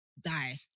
Die